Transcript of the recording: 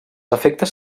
efectes